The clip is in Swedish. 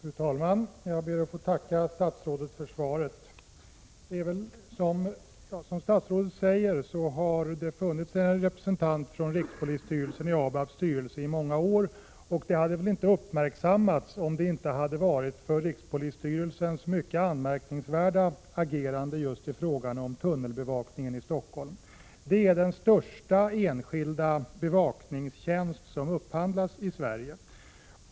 Fru talman! Jag ber att få tacka statsrådet för svaret. Som statsrådet säger har det funnits en representant från rikspolisstyrelsen i ABAB:s styrelse i många år. Det hade väl inte uppmärksammats om det inte hade varit för rikspolisstyrelsens mycket anmärkningsvärda agerande just i fråga om tunnelbanebevakningen i Stockholm. Det rör sig om den största enskilda bevakningstjänst som upphandlas i Sverige.